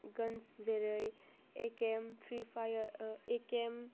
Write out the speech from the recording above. Guns जेरै AKM free fire AKM